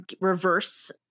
reverse